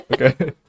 Okay